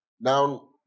Now